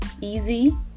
easy